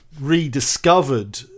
rediscovered